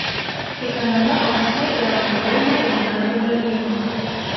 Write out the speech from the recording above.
kiekviename aukšte yra po rūbų ir kerzų džiovyklą